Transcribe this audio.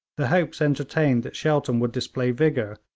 the hopes entertained that shelton would display vigour,